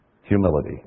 Humility